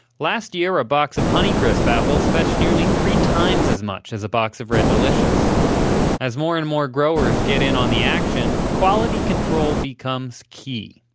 last year, a box of honeycrisp apples fetched nearly three times as much as a box of red delicious as more and more growers get in on the action, quality control becomes key.